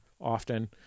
often